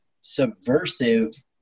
subversive